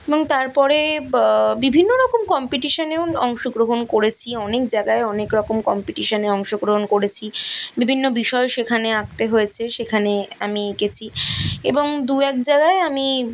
এবং তারপরে বিভিন্ন রকম কম্পিটিশানেও অংশগ্রহণ করেছি অনেক জাগায় অনেক রকম কম্পিটিশানে অংশগ্রহণ করেছি বিভিন্ন বিষয় সেখানে আঁকতে হয়েছে সেখানে আমি এঁকেছি এবং দু এক জায়গায় আমি